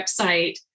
website